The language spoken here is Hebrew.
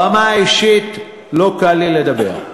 ברמה האישית לא קל לי לדבר.